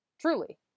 Truly